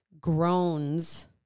groans